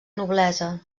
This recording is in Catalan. noblesa